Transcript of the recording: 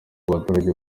abaturage